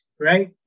right